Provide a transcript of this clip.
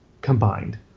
combined